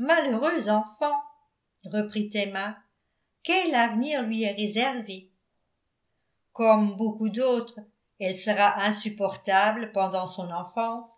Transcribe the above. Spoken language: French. malheureuse enfant reprit emma quel avenir lui est réservé comme beaucoup d'autres elle sera insupportable pendant son enfance